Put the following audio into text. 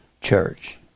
church